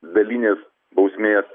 dalinis bausmės